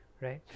Right